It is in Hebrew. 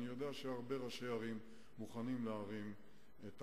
אני יודע שהרבה ראשי ערים מוכנים להרים את